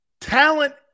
talent